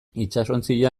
itsasontzia